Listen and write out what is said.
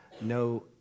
no